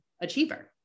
achiever